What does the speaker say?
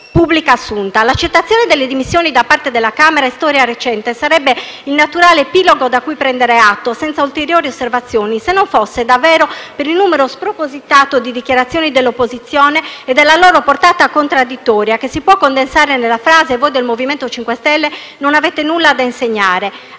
pubblica assunta. L'accettazione delle dimissioni da parte della Camera è storia recente e sarebbe il naturale epilogo di cui prendere atto senza ulteriori osservazioni, se non fosse per il numero davvero spropositato di dichiarazioni dell'opposizione e della loro portata contraddittoria che si può condensare nella frase: «Voi del MoVimento 5 Stelle non avete nulla da insegnare».